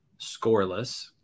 scoreless